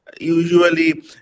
usually